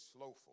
slowful